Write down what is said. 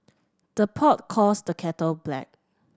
the pot calls the kettle black